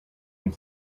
and